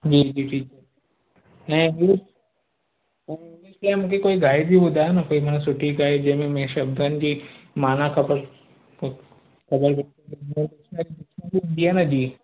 जी जी ऐं इहो इंग्लिश जे लाइ मूंखे कोई गाइड बि ॿुधायो न की माना सुठी गाइड जंहिं में शब्दनि जी माना ख़बर